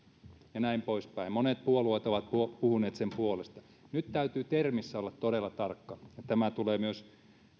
ja monet puolueet ovat puhuneet sen puolesta nyt täytyy termissä olla todella tarkka ja tämä tulee myös